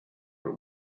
but